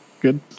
Good